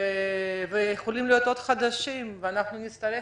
ויכולים להיות עוד חדשים ונצטרך,